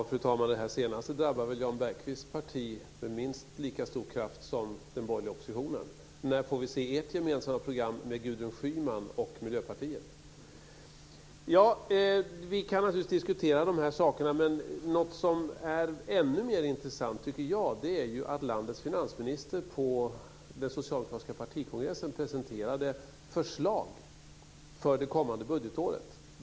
Fru talman! Det här senaste drabbar väl Jan Bergqvists parti med minst lika stor kraft som den borgerliga oppositionen. När får vi se ert gemensamma program med Gudrun Schyman och Miljöpartiet? Vi kan naturligtvis diskutera de här sakerna, men något som jag tycker är ännu mer intressant är ju att landets finansminister på den socialdemokratiska partikongressen presenterade förslag för det kommande budgetåret.